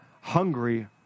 hungry